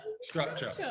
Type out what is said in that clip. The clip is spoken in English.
Structure